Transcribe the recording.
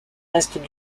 restes